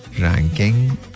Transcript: ranking